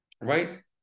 Right